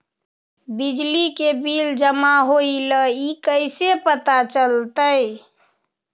बिजली के बिल जमा होईल ई कैसे पता चलतै?